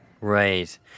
right